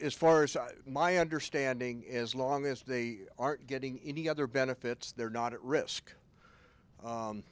as far as my understanding as long as they aren't getting any other benefits they're not at risk